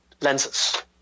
lenses